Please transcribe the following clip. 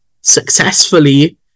successfully